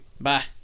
Bye